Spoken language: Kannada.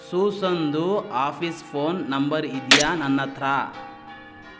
ಸೂಸನ್ದು ಆಫೀಸ್ ಫೋನ್ ನಂಬರ್ ಇದೆಯಾ ನನ್ನ ಹತ್ರ